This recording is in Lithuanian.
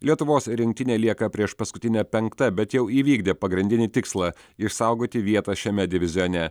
lietuvos rinktinė lieka priešpaskutinė penkta bet jau įvykdė pagrindinį tikslą išsaugoti vietą šiame divizione